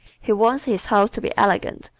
he wants his house to be elegant,